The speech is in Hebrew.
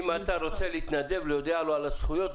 אם אתה רוצה להתנדב להודיע לו על הזכויות,